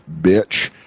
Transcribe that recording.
bitch